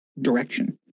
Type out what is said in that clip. direction